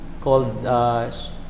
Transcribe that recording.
called